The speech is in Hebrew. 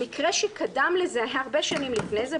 המקרה שקדם לזה היה הרבה שנים לפני זה,